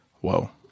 whoa